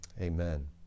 Amen